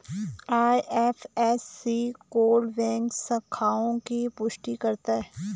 IFSC code bank शाखाओं की पुष्टि करता है